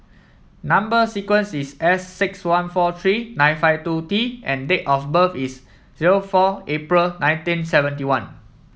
number sequence is S six one four three nine five two T and date of birth is zero four April nineteen seventy one